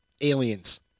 Aliens